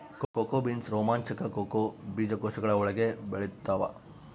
cocoa beans ರೋಮಾಂಚಕ cocoa ಬೀಜಕೋಶಗಳ ಒಳಗೆ ಬೆಳೆತ್ತವ